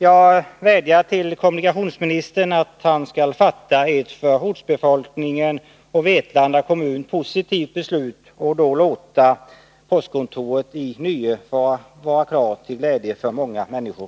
Jag vädjar till kommunikationsministern att han skall fatta ett för ortsbefolkningen och Vetlanda kommun positivt beslut och låta postkontoret i Nye vara kvar, till glädje för många människor.